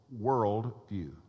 worldview